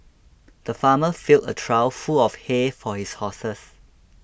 the farmer filled a trough full of hay for his horses